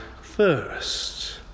first